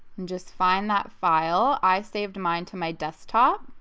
and just find that file. i saved mine to my desktop,